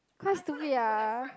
quite stupid ah